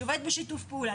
שהיא עובדת בשיתוף פעולה.